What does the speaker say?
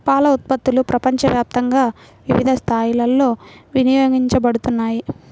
పాల ఉత్పత్తులు ప్రపంచవ్యాప్తంగా వివిధ స్థాయిలలో వినియోగించబడుతున్నాయి